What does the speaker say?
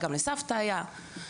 גם לסבתא היה".